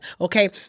Okay